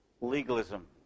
legalism